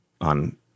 on